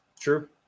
true